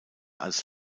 als